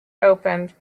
opened